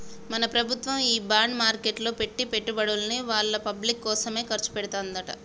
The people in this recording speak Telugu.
మన ప్రభుత్వము ఈ బాండ్ మార్కెట్లో పెట్టి పెట్టుబడుల్ని వాళ్ళ పబ్లిక్ కోసమే ఖర్చు పెడతదంట